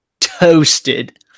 toasted